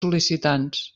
sol·licitants